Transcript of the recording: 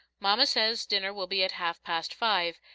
mama says dinner will be at half-past five,